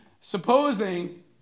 supposing